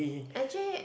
actually